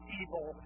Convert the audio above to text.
evil